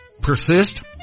persist